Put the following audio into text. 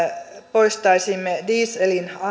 poistaisimme dieselin alennetun verokannan